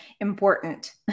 important